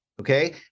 okay